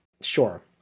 Sure